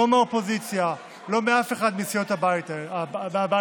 לא מהאופוזיציה, לא מאף אחד מסיעות הבית הזה.